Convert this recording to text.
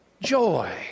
joy